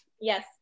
Yes